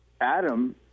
Adam